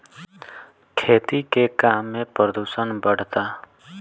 खेती के काम में प्रदूषण बढ़ता